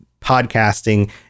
podcasting